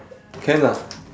can lah